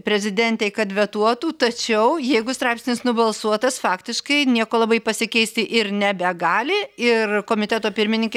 prezidentei kad vetuotų tačiau jeigu straipsnis nubalsuotas faktiškai nieko labai pasikeisti ir nebegali ir komiteto pirmininkė